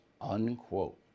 unquote